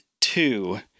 two